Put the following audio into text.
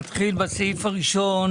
נתחיל בסעיף הראשון